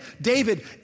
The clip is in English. David